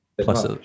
plus